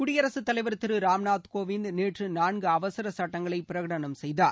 குடியரசுத் தலைவர் திரு ராம்நாத் கோவிந்த் நேற்று நான்கு அவசர சட்டங்களை பிரகடனம் செய்தார்